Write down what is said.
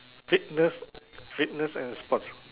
fitness fitness and sports